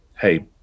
hey